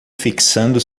fixando